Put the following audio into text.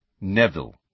Neville